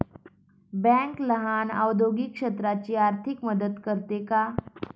Bank लहान औद्योगिक क्षेत्राची आर्थिक मदत करते का?